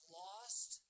lost